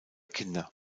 kinder